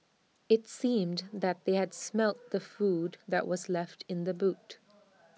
IT seemed that they had smelt the food that was left in the boot